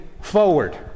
forward